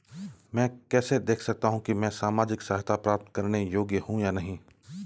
मैं कैसे देख सकता हूं कि मैं सामाजिक सहायता प्राप्त करने योग्य हूं या नहीं?